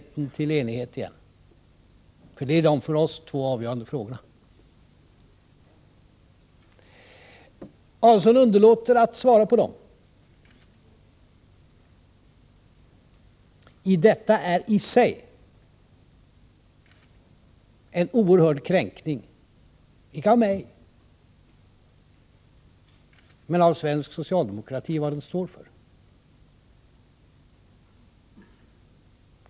Dem tror jag att ni har lärt er. Det är de två för oss avgörande frågorna. Herr Adelsohn underlåter att svara på dem. Detta är i sig en oerhörd kränkning, icke av mig, men av svensk socialdemokrati och vad den står för.